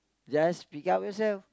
just pick up yourself